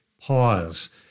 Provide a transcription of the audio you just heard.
pause